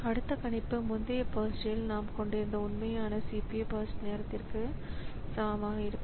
அடுத்த கணிப்பு முந்தைய பர்ஸ்ட்ல் நாம் கொண்டிருந்த உண்மையான CPU பர்ஸ்ட் நேரத்திற்கு சமமாக இருக்கும்